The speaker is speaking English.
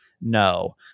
no